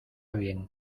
bien